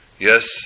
Yes